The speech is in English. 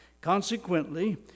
Consequently